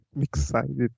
excited